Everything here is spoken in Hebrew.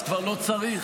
אז כבר לא צריך.